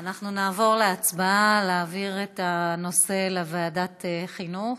אנחנו נעבור להצבעה על העברת הנושא לוועדת חינוך.